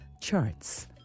charts